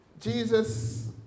Jesus